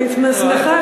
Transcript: אני שמחה,